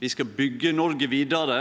Vi skal byggje Noreg vidare